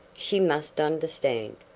she must understand.